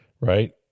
right